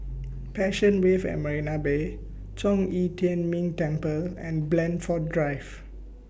Passion Wave At Marina Bay Zhong Yi Tian Ming Temple and Blandford Drive